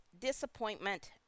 disappointment